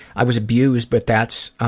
i was abused, but that's